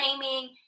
claiming